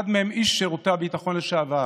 אחד מהם איש שירותי הביטחון לשעבר.